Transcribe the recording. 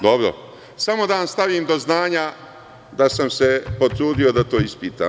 Dobro, samo da vam stavim do znanja da sam se potrudio da to ispitam.